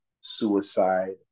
suicide